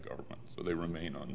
government so they remain on